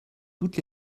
toutes